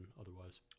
otherwise